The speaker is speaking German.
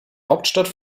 hauptstadt